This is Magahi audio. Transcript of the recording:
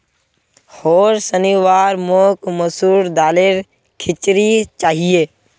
होर शनिवार मोक मसूर दालेर खिचड़ी चाहिए